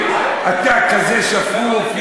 אתה כזה שפוף,